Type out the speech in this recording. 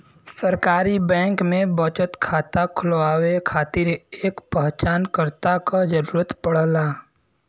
सरकारी बैंक में बचत खाता खुलवाये खातिर एक पहचानकर्ता क जरुरत पड़ला